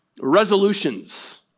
resolutions